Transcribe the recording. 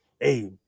Hey